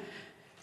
רגילים.